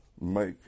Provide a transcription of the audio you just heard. make